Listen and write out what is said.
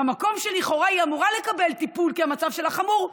ובמקום שלכאורה היא אמורה לקבל טיפול כי המצב שלה חמור,